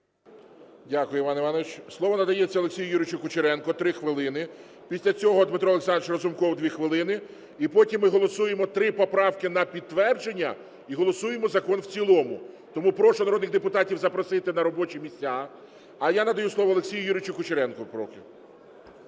Дякую, Іван Іванович. Слово надається Олексію Юрійовичу Кучеренку, три хвилини. Після цього Дмитро Олександрович Разумков, дві хвилини. І потім ми голосуємо три поправки на підтвердження, і голосуємо закон в цілому. Тому прошу народних депутатів запросити на робочі місця. А я надаю слово Олексію Юрійовичу Кучеренку